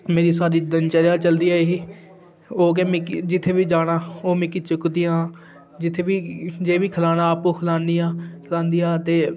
मेरी सारी दिनचर्या चलदी आई ही ओह् की मिकी जित्थै बी जाना ओह् मिकी चुकदियां जित्थै जे बी खलाना आपूं खलांदियां खलांदियां ते